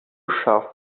scharf